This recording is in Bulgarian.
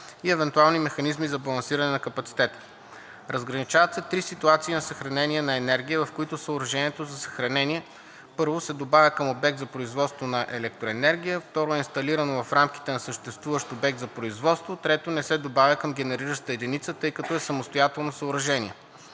и евентуални механизми за балансиране на капацитета. Разграничават се три ситуации на съхранение на енергия, в които съоръжението за съхранение: - се добавя към обект за производство на електроенергия, - е инсталирано в рамките на съществуващ обект за производство, - не се добавя към генерираща единица, тъй като е самостоятелно съоръжение.